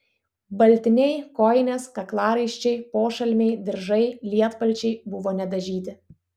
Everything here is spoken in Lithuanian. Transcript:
baltiniai kojinės kaklaraiščiai pošalmiai diržai lietpalčiai buvo nedažyti